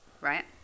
right